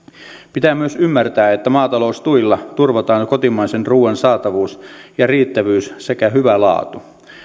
pitää myös ymmärtää että maataloustuilla turvataan kotimaisen ruuan saatavuus ja riittävyys sekä hyvä laatu